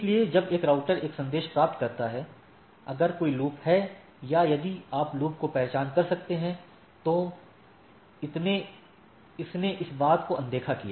इसलिए जब एक राउटर एक संदेश प्राप्त करता है अगर कोई लूप है या यदि आप लूप की पहचान कर सकते हैं तो इसने इस बात को अनदेखा कर दिया